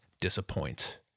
disappoint